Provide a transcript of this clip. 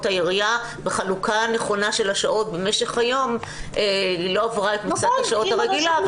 העירייה בחלוקה הנכונה של השעות במשך היום לא עברה את מכסת השעות הרגילה,